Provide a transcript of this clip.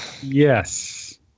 Yes